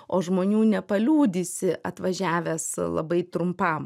o žmonių nepaliudysi atvažiavęs labai trumpam